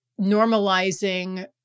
normalizing